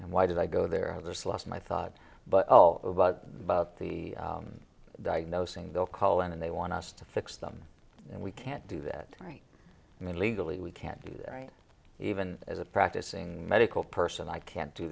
and why did i go there i just lost my thought but oh about about the diagnosing they'll call in and they want us to fix them and we can't do that right i mean legally we can't even as a practicing medical person i can't do